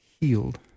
healed